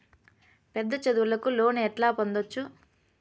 పెద్ద చదువులకు లోను ఎట్లా పొందొచ్చు